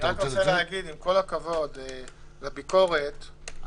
עם כל הכבוד לביקורת,